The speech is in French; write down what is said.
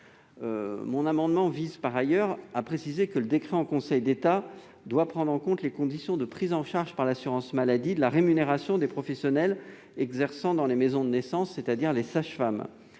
Mon amendement tend à préciser que le décret en Conseil d'État doit prendre en compte les conditions de prise en charge par l'assurance maladie de la rémunération des professionnels exerçant dans les maisons de naissance, à savoir les sages-femmes.